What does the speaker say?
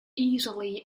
easily